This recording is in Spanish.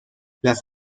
las